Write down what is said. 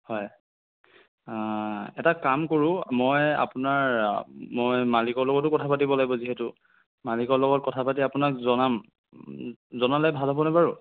হয় এটা কাম কৰোঁ মই আপোনাৰ মই মালিকৰ লগতো কথা পাতিব লাগিব যিহেতু মালিকৰ লগত কথা পাতি আপোনাক জনাম জনালে ভাল হ'বনে বাৰু